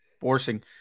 Forcing